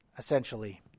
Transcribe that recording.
essentially